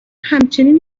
همچنین